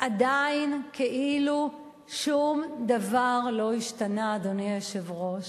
עדיין כאילו שום דבר לא השתנה, אדוני היושב-ראש.